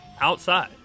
outside